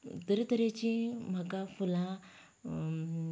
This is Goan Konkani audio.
तरेतरेची म्हाका फुलां